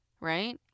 right